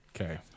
Okay